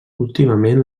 últimament